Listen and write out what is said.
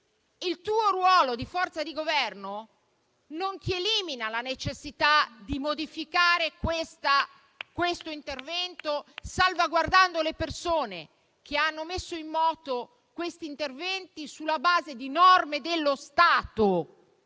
il ruolo di forza di Governo non elimina la necessità di modificare questo intervento, salvaguardando le persone che hanno messo in moto quegli interventi sulla base di norme dello Stato.